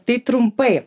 tai trumpai